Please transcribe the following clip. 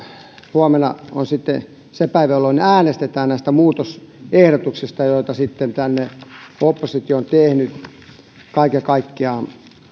huomenna sitten se päivä jolloin äänestetään näistä muutosehdotuksista joita oppositio on tehnyt tänne kaiken kaikkiaan